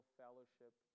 fellowship